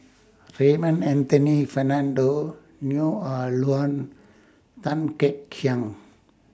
Raymond Anthony Fernando Neo Ah Luan Tan Kek